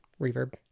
reverb